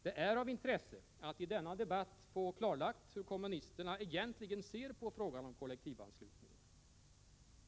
Det är av intresse att i denna debatt få klarlagt hur kommunisterna egentligen ser på frågan om kollektivanslutningen.